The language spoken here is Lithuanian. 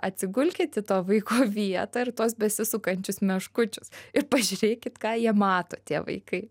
atsigulkit į to vaiko vietą ir tuos besisukančius meškučius ir pažiūrėkit ką jie mato tie vaikai